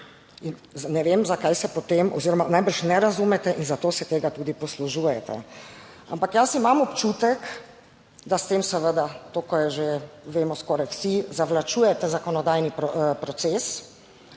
ne vem zakaj se potem oziroma najbrž ne razumete in zato se tega tudi poslužujete, ampak jaz imam občutek, da s tem seveda, to kar že vemo skoraj vsi, zavlačujete zakonodajni proces.